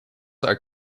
are